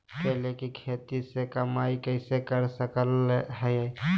केले के खेती से कमाई कैसे कर सकय हयय?